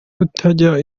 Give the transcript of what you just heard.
kutajya